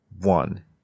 one